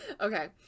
okay